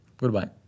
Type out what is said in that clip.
Goodbye